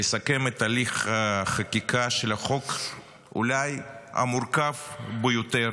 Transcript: לסכם את הליך החקיקה של החוק, אולי המורכב ביותר